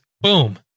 boom